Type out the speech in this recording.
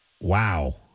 Wow